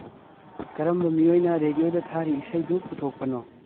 ꯀꯔꯝꯕ ꯃꯤꯑꯣꯏꯅ ꯔꯦꯗꯤꯌꯣꯗ ꯊꯥꯔꯤ ꯏꯁꯩꯗꯨ ꯄꯨꯊꯣꯛꯄꯅꯣ